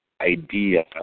idea